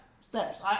Steps